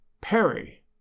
Perry